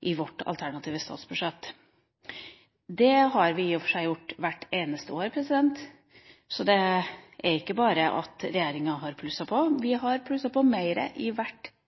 i sitt alternative statsbudsjett. Det har vi i og for seg gjort hvert eneste år. Det er ikke bare regjeringa som har plusset på, vi har plusset på mer hvert bidige år de siste åtte årene. Når man påstår at